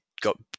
got